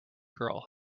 girl